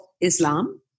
Islam